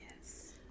yes